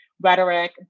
rhetoric